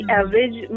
average